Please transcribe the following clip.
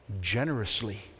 generously